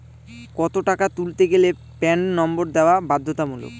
কত টাকা তুলতে গেলে প্যান নম্বর দেওয়া বাধ্যতামূলক?